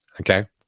okay